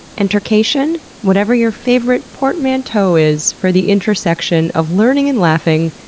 entercation? whatever your favorite portmanteau is for the intersection of learning and laughing,